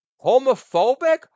homophobic